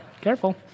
careful